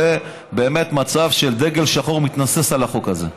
זה באמת מצב של דגל שחור שמתנוסס על החוק הזה,